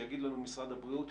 שיגיד לנו משרד הבריאות,